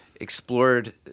Explored